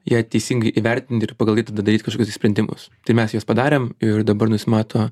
ją teisingai įvertinti ir pagal tai tada daryt kažkokius tai sprendimus tai mes juos padarėm ir dabar nusimato